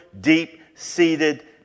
deep-seated